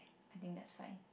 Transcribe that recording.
I think that's fine